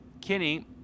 kinney